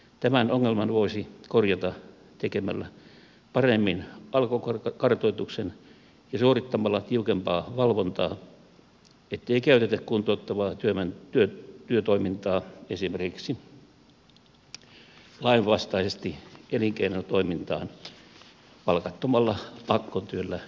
tämän ongelman voisi korjata tekemällä alkukartoituksen paremmin ja suorittamalla tiukempaa valvontaa ettei käytetä kuntouttavaa työtoimintaa esimerkiksi lainvastaisesti elinkeinotoimintaan palkattomalla pakkotyöllä keinotteluun